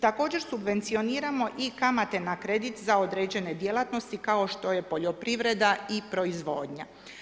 Također subvencioniramo i kamate na kredit za određene djelatnosti kao što je poljoprivreda i proizvodnja.